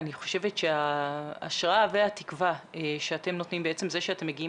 אני חושבת שההשראה והתקווה שאתם נותנים בעצם זה שאתם מגיעים